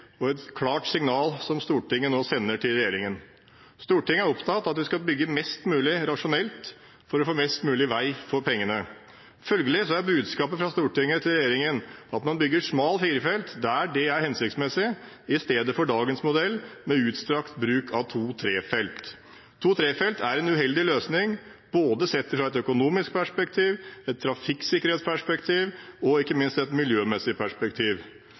og klart signal som Stortinget nå sender til regjeringen. Stortinget er opptatt av at vi skal bygge mest mulig rasjonelt for å få mest mulig vei for pengene. Følgelig er budskapet fra Stortinget til regjeringen at man bygger smal firefelts vei der det er hensiktsmessig, i stedet for dagens modell med utstrakt bruk av to-/trefelts vei. To-/trefelts vei er en uheldig løsning, sett ifra et økonomisk perspektiv, et trafikksikkerhetsperspektiv og ikke minst et miljømessig perspektiv.